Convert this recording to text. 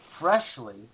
freshly